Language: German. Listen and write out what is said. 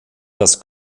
das